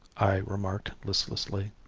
i remarked listlessly.